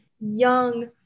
young